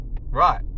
right